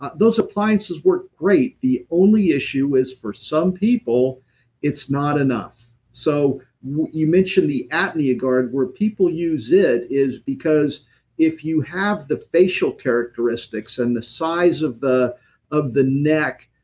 those appliances work great, the only issue is for some people it's not enough. so you mentioned the apnea guard, where people use it is because if you have the facial characteristics and the size of the of the neck,